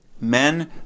Men